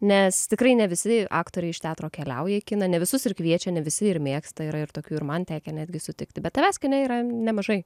nes tikrai ne visi aktoriai iš teatro keliauja į kiną ne visus ir kviečia ne visi ir mėgsta yra ir tokių ir man tekę netgi sutikti bet tavęs kine yra nemažai